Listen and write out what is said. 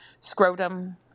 scrotum